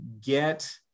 get